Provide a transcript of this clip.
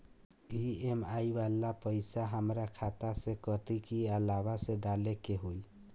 EMI वाला पैसा हाम्रा खाता से कटी की अलावा से डाले के होई?